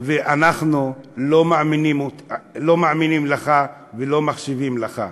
ואנחנו לא מאמינים לך ולא מקשיבים לך.